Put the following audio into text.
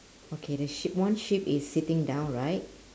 okay the sheep one sheep is sitting down right